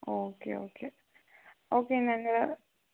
okay okay okay ഞങ്ങൾ